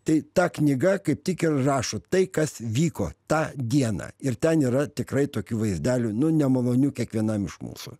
tai ta knyga kaip tik ir rašo tai kas vyko tą dieną ir ten yra tikrai tokių vaizdelių nu nemalonių kiekvienam iš mūsų